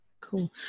Cool